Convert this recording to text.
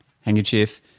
handkerchief